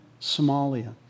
Somalia